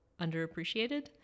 underappreciated